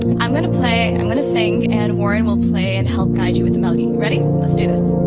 i'm gonna play, i'm gonna sing, and warren will play and help guide you with the melody. ready? let's do this.